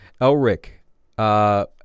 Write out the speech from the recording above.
Elric